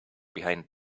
behind